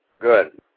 Good